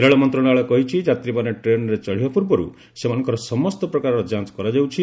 ରେଳ ମନ୍ତ୍ରଶାଳୟ କହିଛି ଯାତ୍ରୀମାନେ ଟ୍ରେନ୍ରେ ଚଢ଼ିବା ପୂର୍ବରୁ ସେମାନଙ୍କର ସବୁ ପ୍ରକାରର ଯାଞ୍ଚ କରାଯାଉଛି